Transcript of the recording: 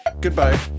Goodbye